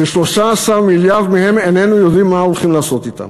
כש-13 מיליארד מהם איננו יודעים מה הולכים לעשות אתם.